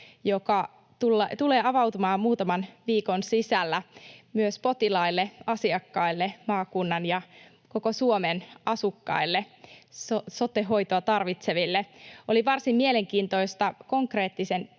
joka tulee avautumaan muutaman viikon sisällä myös potilaille, asiakkaille, maakunnan ja koko Suomen asukkaille, sote- hoitoa tarvitseville. Oli varsin mielenkiintoista konkreettisen